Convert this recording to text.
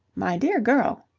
my dear girl.